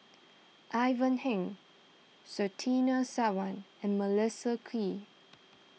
Ivan Heng Surtini Sarwan and Melissa Kwee